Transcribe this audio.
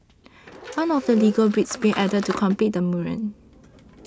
one of the Lego bricks being added to complete the mural